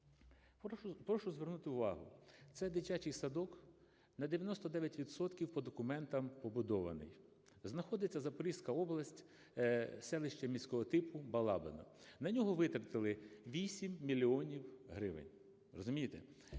Прошу звернути увагу – це дитячий садок, на 99 відсотків по документам побудований, знаходиться: Запорізька область, селище міського типу Балабине, на нього витратили 8 мільйонів